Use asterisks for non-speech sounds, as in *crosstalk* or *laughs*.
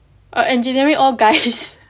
oh engineering all guys *laughs*